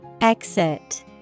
Exit